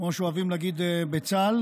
כמו שאוהבים להגיד בצה"ל,